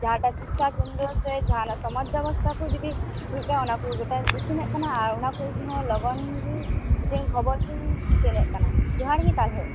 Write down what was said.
ᱡᱟᱦᱟᱸᱴᱟᱜ ᱥᱤᱠᱠᱷᱟ ᱠᱮᱱᱫᱨᱚ ᱥᱮ ᱡᱟᱦᱟᱱᱟᱜ ᱥᱚᱢᱟᱡ ᱵᱮᱵᱚᱥᱛᱷᱟ ᱠᱚ ᱡᱩᱫᱤ ᱦᱩᱭᱩᱜ ᱠᱟᱱᱟ ᱚᱱᱟᱠᱩᱧ ᱜᱚᱴᱟᱧ ᱩᱪᱷᱟᱹᱱᱮᱫ ᱠᱟᱱᱟ ᱟᱨ ᱚᱱᱟ ᱠᱚᱦᱚ ᱞᱚᱜᱚᱱᱜᱮ ᱢᱤᱫᱟᱝ ᱠᱷᱚᱵᱚᱨ ᱤᱧ ᱩᱪᱷᱟᱹᱱᱮᱫ ᱠᱟᱱᱟ ᱡᱚᱦᱟᱨᱜᱮ ᱛᱟᱦᱚᱞᱮ